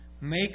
make